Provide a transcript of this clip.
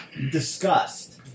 disgust